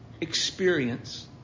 experience